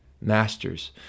masters